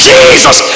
Jesus